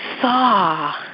saw